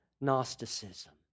Gnosticism